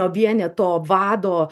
vieneto vado